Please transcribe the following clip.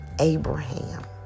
Abraham